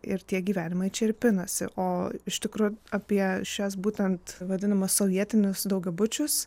ir tie gyvenimai čia ir pinasi o iš tikro apie šiuos būtent vadinamus sovietinius daugiabučius